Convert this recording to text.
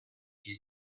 his